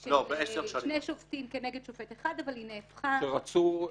של שני שופטים כנגד שופט אחד אבל היא נהפכה בערעור.